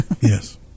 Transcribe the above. yes